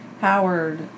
Howard